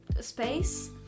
space